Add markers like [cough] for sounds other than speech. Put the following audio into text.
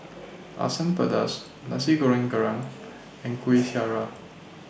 Asam Pedas Nasi Goreng Kerang and Kuih [noise] Syara